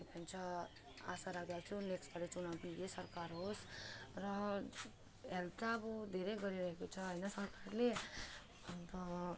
के भन्छ आशा राख्दछु नेक्सट पाली चुनाउ पनि यही सरकार होस् र हेल्प त अब धेरै गरिरहेको छ होइन सरकारले अन्त